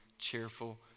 cheerful